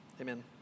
Amen